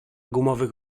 gumowych